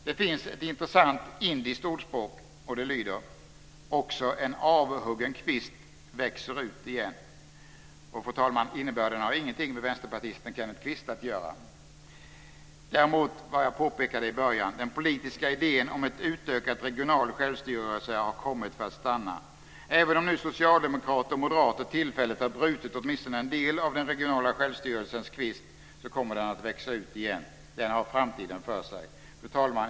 Det finns ett intressant indiskt ordspråk: Också en avhuggen kvist växer ut igen. Fru talman! Innebörden har inget med vänsterpartisten Kenneth Kvist att göra, däremot vad jag påpekade i början: Den politiska idén om ett utökat regionalt självstyre har kommit för att stanna. Även om nu socialdemokrater och moderater tillfälligt har brutit åtminstone en del av den regionala självstyrelsens kvist, så kommer den att växa ut igen. Den har framtiden för sig. Fru talman!